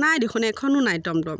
নাই দেখোন এখনো নাই টম টম